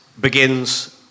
begins